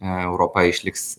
europa išliks